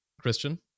christian